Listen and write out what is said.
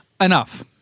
Enough